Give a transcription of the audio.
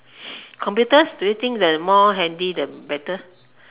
computer do you think the more handy the better